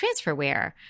transferware